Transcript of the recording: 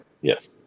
yes